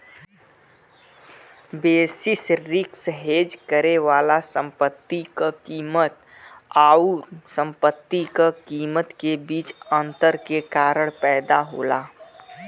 basis risk hedge करे वाला संपत्ति क कीमत आउर संपत्ति क कीमत के बीच अंतर के कारण पैदा होला